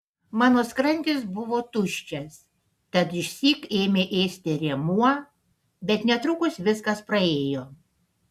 mano skrandis buvo tuščias tad išsyk ėmė ėsti rėmuo bet netrukus viskas praėjo